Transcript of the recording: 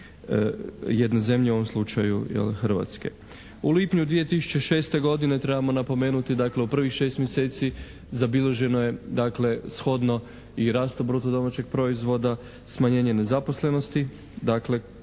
jedne zemlje u ovom slučaju Hrvatske. U lipnju 2006. godine trebamo napomenuti dakle u prvih šest mjeseci zabilježeno je dakle shodno i rastu bruto domaćeg proizvoda smanjenje nezaposlenosti, dakle